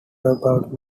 about